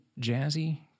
Jazzy